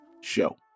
show